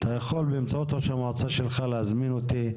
אתה יכול באמצעות ראש המועצה שלך להזמין אותי,